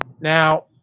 Now